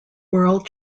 world